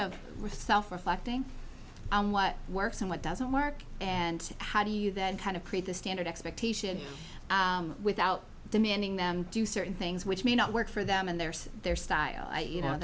of self reflecting on what works and what doesn't work and how do you then kind of create the standard expectation without demanding them do certain things which may not work for them and there's their style you know